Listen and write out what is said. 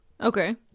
Okay